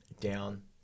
down